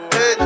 Hey